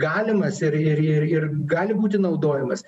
galimas ir ir ir ir gali būti naudojamas